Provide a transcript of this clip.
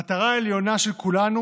המטרה העליונה של כולנו